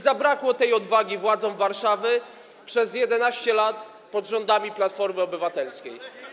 Zabrakło tej odwagi władzom Warszawy przez 11 lat pod rządami Platformy Obywatelskiej.